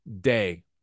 day